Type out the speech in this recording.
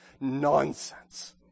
nonsense